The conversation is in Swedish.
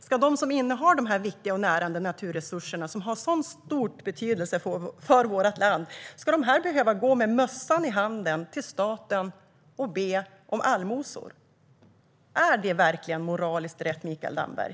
Ska de som innehar de här viktiga och närande naturresurserna som har sådan stor betydelse för vårt land behöva gå med mössan i handen till staten för att be om allmosor? Är det verkligen moraliskt rätt, Mikael Damberg?